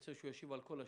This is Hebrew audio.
נרצה שישיב על כל השאלות.